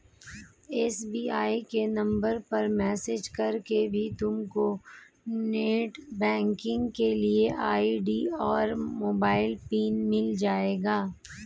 SBI के number पर message करके भी तुमको नेटबैंकिंग के लिए आई.डी और मोबाइल पिन मिल जाएगा